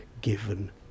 given